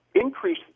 increase